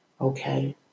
okay